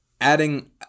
adding